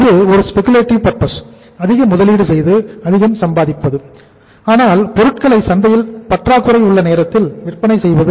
இது ஒரு speculative purpose அதிக முதலீடு செய்து அதிகம் சம்பாதிப்பது ஆனால்பொருட்களை சந்தையில் பற்றாக்குறை உள்ள நேரத்தில் விற்பனை செய்வது